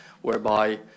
whereby